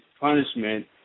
punishment